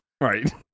right